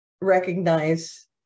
recognize